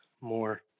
more